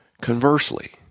Conversely